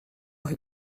راه